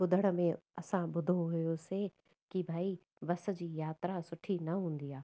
ॿुधण में असां ॿुधो हुयोसीं की भई बस जी यात्रा सुठी न हूंदी आहे